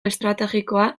estrategikoa